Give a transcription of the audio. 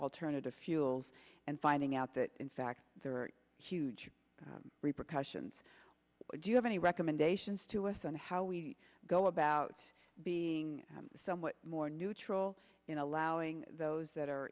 alternative fuels and finding out that in fact there are huge repercussions do you have any recommendations to us on how we go about being somewhat more neutral in allowing those that are